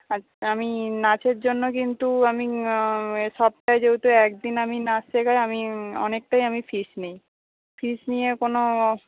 আমি নাচের জন্য কিন্তু আমি সপ্তাহে যেহেতু একদিন আমি নাচ শেখাই আমি অনেকটাই আমি ফিস নিই ফিস নিয়ে কোনও